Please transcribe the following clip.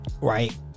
right